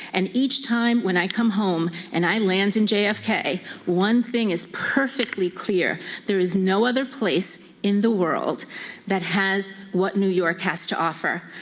and each time when i come home and i land in jfk, one thing is perfectly clear there is no other place in the world that has what new york has to offer.